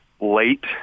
late